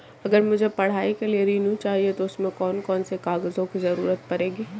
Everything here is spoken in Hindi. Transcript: अगर मुझे पढ़ाई के लिए ऋण चाहिए तो उसमें कौन कौन से कागजों की जरूरत पड़ेगी?